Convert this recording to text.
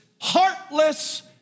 heartless